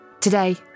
Today